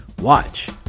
Watch